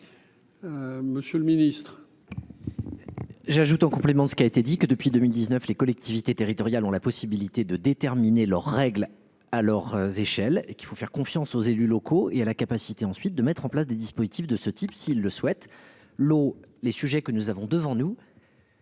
monsieur le ministre.